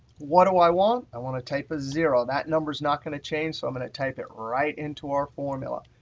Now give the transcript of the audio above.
what do i want? i want to type a zero. that number's not going to change. so i'm going to type it right into our formula.